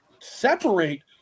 separate